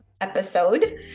episode